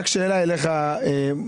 רק שאלה אליך מעוז.